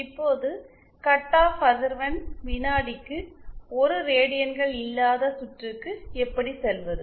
இப்போது cut off அதிர்வெண் வினாடிக்கு 1 ரேடியன்கள் இல்லாத சுற்றுக்கு எப்படி செல்வது